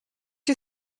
you